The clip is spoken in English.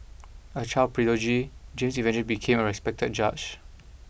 a child prodigy James you ready became a respected judge